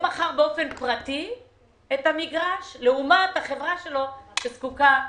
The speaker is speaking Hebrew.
אותו עצמאי שמכר את המגרש לבין החברה שלו שזקוקה למענק.